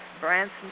Branson